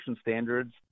standards